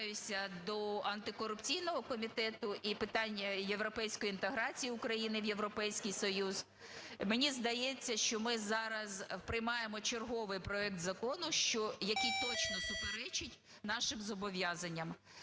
я звертаюся до антикорупційного комітету і з питань європейської інтеграції України в Європейський Союз. Мені здається, що ми зараз приймаємо черговий проект закону, який точно суперечить нашим зобов'язанням.